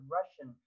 Russian